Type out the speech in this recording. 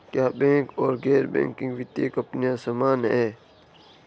क्या बैंक और गैर बैंकिंग वित्तीय कंपनियां समान हैं?